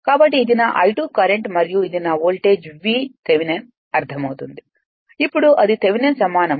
కాబట్టి ఇది నా I2 కరెంట్ మరియు ఇది నా వోల్టేజ్ V థెవెనిన్ అర్ధమవుతుంది ఇప్పుడు అది థెవెనిన్ సమానం